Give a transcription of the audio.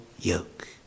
yoke